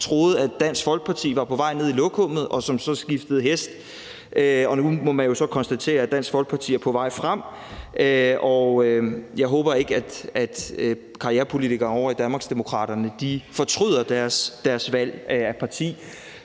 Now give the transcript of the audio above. troede, at Dansk Folkeparti var på vej ned i lokummet, og som så skiftede hest. Og nu må man jo så konstatere, at Dansk Folkeparti er på vej frem, og jeg håber ikke, at karrierepolitikerne ovre i Danmarksdemokraterne fortryder deres valg af parti.